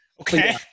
Okay